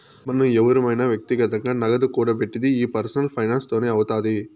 మనం ఎవురమైన వ్యక్తిగతంగా నగదు కూడబెట్టిది ఈ పర్సనల్ ఫైనాన్స్ తోనే అవుతాది